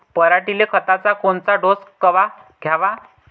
पऱ्हाटीले खताचा कोनचा डोस कवा द्याव?